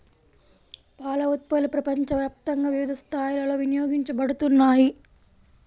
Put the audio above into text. పాల ఉత్పత్తులు ప్రపంచవ్యాప్తంగా వివిధ స్థాయిలలో వినియోగించబడుతున్నాయి